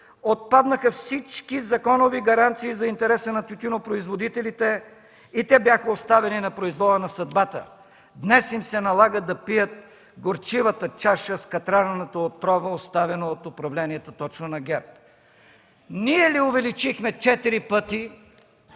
Отпаднаха всички законови гаранции за интереса на тютюнопроизводителите и те бяха оставени на произвола на съдбата! Днес им се налага да пият горчивата чаша с катранената отрова, оставена от управлението точно на ГЕРБ. Ние ли увеличихме четири